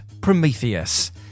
Prometheus